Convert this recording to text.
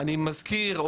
אני מזכיר,